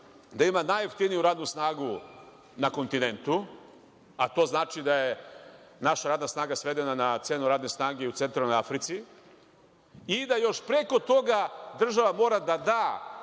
da ima najjeftiniju radnu snagu na kontinentu, a to znači da je naša radna snaga svedena na cenu radne snage u Centralnoj Africi i da još preko toga država mora da da